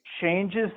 changes